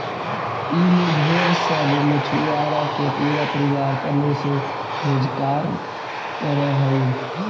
ई में ढेर सब मछुआरा के पूरा परिवार पने से रोजकार कर हई